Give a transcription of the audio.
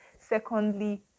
secondly